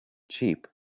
cheap